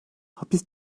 hapis